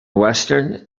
western